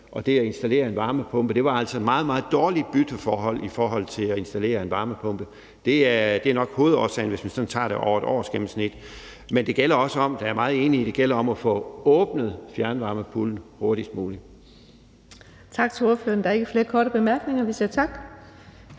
og det at installere en varmepumpe. Det var altså et meget, meget dårligt bytteforhold at installere en varmepumpe. Det er nok hovedårsagen, hvis man sådan tager det over et årsgennemsnit. Men det gælder også om – det er jeg meget enig i – at få åbnet fjernvarmepuljen hurtigst muligt. Kl. 14:57 Den fg. formand (Birgitte Vind): Tak til ordføreren. Der er ikke flere korte bemærkninger. Vi siger tak.